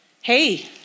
Hey